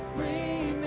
re